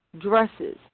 dresses